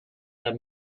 their